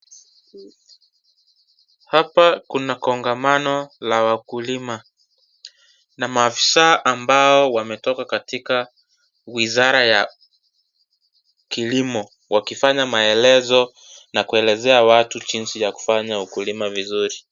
Hapa kuna kongamano la wakulima na maafisa ambao wametoka katika wizara ya kilimo, wakifanya maelezo na kuelezea watu jinsi ya kufanya ukulima vizuri.